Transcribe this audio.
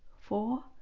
four